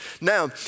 Now